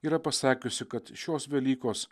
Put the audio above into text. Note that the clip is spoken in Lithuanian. yra pasakiusi kad šios velykos